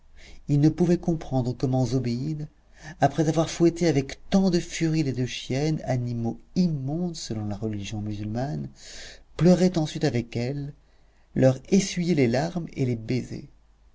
ils ne pouvaient comprendre comment zobéide après avoir fouetté avec tant de furie les deux chiennes animaux immondes selon la religion musulmane pleurait ensuite avec elles leur essuyait les larmes et les baisait